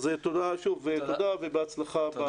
שוב תודה ובהצלחה בתפקיד החדש.